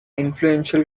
influential